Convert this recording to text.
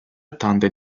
ottanta